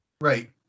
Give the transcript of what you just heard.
right